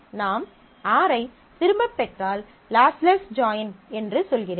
நாம் R ஐ திரும்பப் பெற்றால் லாஸ்லெஸ் ஜாயின் என்று சொல்கிறேன்